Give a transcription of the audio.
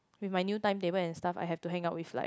with my new timetable and stuff I had to hang out with like